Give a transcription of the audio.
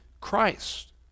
Christ